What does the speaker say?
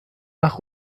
nach